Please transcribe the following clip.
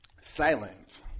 silent